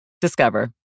Discover